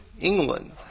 England